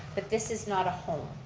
but this is not a home.